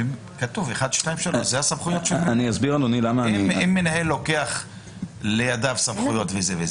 אם מנהל לוקח לידיו סמכויות.